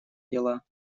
дела